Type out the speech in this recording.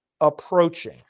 approaching